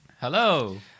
Hello